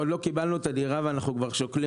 עוד לא קיבלנו את הדירה ואנחנו כבר שוקלים